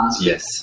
yes